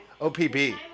OPB